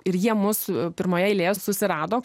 ir jie mus pirmoje eilėje susirado